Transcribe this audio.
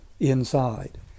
inside